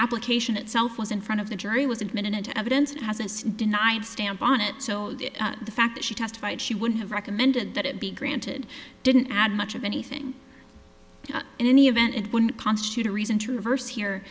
application itself was in front of the jury was admitted into evidence and hasn't denied stamp on it so the fact that she testified she would have recommended that it be granted didn't add much of anything in any event and would constitute a reason to reverse here